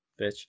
Bitch